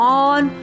on